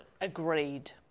Agreed